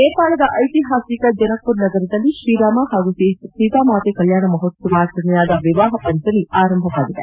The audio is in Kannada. ನೇಪಾಳದ ಐತಿಹಾಸಿಕ ಜನಕ್ಪುರ್ ನಗರದಲ್ಲಿ ಶ್ರೀರಾಮ ಹಾಗೂ ಸೀತಾಮಾತೆ ಕಲ್ಕಾಣ ಮಹೋತ್ಸವ ಆಚರಣೆಯಾದ ವಿವಾಹ ಪಂಚಮಿ ಆರಂಭವಾಗಿದೆ